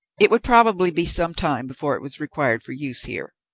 it would probably be some time before it was required for use here.